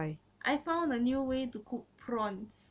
I found a new way to cook prawns